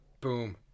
Boom